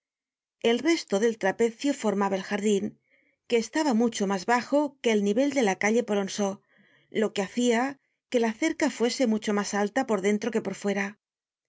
el resto del trapecio formaba el jardin que estaba mucho mas bajo que el nivel de la calle polonceau lo que hacia que la cerca fuese mucho mas alta por dentro que por fuera